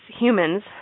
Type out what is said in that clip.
humans